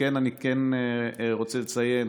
ואני כן רוצה לציין,